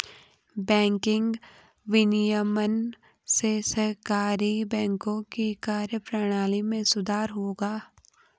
banking विनियमन से सहकारी बैंकों की कार्यप्रणाली में सुधार होगा